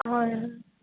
হয়